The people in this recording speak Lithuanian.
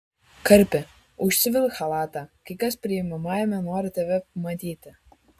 karpi užsivilk chalatą kai kas priimamajame nori tave matyti